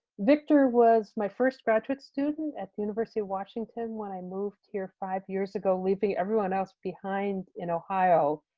victor was my first graduate student at the university of washington when i moved here five years ago, leaving everyone else behind in ohio.